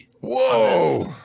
Whoa